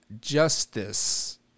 justice